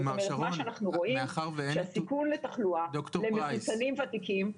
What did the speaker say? אנחנו רואים שהסיכון לתחלואה למחוסנים ותיקים,